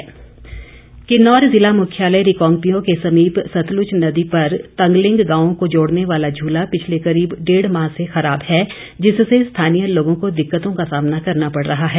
झूला किन्नौर जिला मुख्यालय रिकागंपिओ के समीप तंगलिंग गांव को जोड़ने वाला झूला पिछले करीब डढे माह से खराब है जिससे स्थानीय लोगों को दिक्कतों का सामना करना पड़ रहा है